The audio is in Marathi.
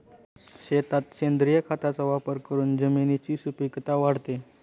शेतात सेंद्रिय खताचा वापर करून जमिनीची सुपीकता वाढते